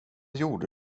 gjorde